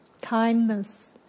kindness